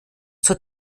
zur